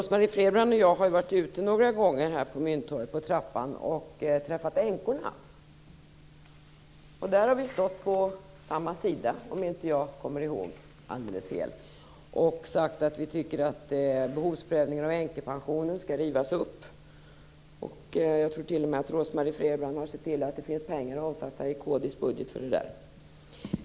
Rose-Marie Frebran och jag har stått på trappan på Mynttorget några gånger och träffat änkorna. Vi har stått på samma sida - om jag inte minns helt fel - och sagt att vi tycker att behovsprövningen av änkepensionen skall rivas upp. Jag tror t.o.m. att Rose Marie Frebran har sett till att det finns pengar avsatta i kristdemokraternas budget för det.